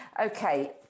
Okay